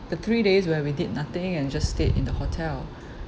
the three days where we did nothing and just stayed in the hotel